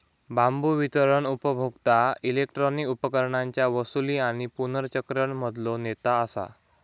बांबू वितरण उपभोक्ता इलेक्ट्रॉनिक उपकरणांच्या वसूली आणि पुनर्चक्रण मधलो नेता असा